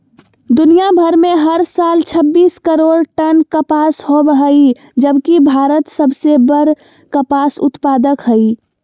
दुनियां भर में हर साल छब्बीस करोड़ टन कपास होव हई जबकि भारत सबसे बड़ कपास उत्पादक हई